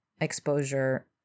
exposure